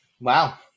Wow